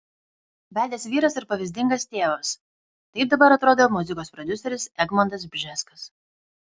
vedęs vyras ir pavyzdingas tėvas taip dabar atrodo muzikos prodiuseris egmontas bžeskas